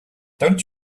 don’t